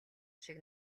шиг